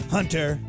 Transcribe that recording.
Hunter